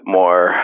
more